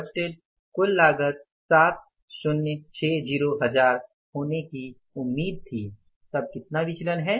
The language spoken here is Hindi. बजटेड कुल लागत ७०६० हज़ार होने की उम्मीद थी तब कितना विचलन है